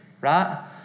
right